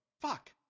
fuck